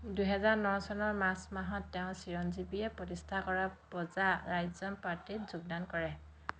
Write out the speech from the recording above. দুহেজাৰ ন চনৰ মাৰ্চ মাহত তেওঁ চিৰঞ্জীৱীয়ে প্ৰতিষ্ঠা কৰা প্ৰজা ৰাজ্যম পাৰ্টীত যোগদান কৰে